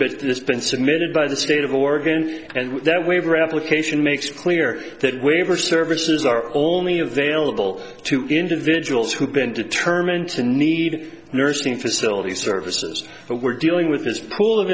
this been submitted by the state of oregon and that waiver application makes clear that waiver services are only available to individuals who've been determined to need nursing facilities services but we're dealing with this pool of